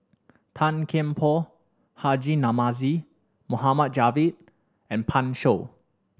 Tan Kian Por Haji Namazie Mohd Javad and Pan Shou